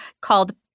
called